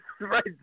right